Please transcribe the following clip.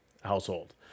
household